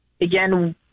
again